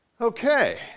Okay